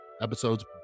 episodes